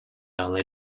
only